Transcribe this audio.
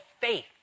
faith